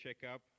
checkup